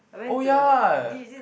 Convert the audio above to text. oh ya